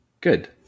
good